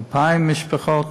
2,000 משפחות.